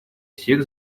всех